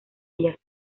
ellas